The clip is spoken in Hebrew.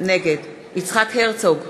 נגד יצחק הרצוג,